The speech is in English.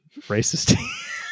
Racist